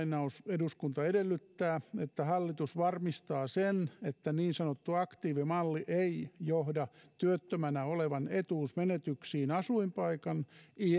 eduskunta edellyttää että hallitus varmistaa sen että niin sanottu aktiivimalli ei johda työttömänä olevan etuusmenetyksiin asuinpaikan